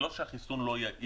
זה לא שהחיסון לא יעיל,